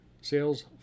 Sales